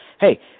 hey